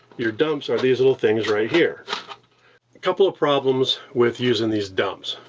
your dumps are these little things right here. a couple of problems with using these dumps,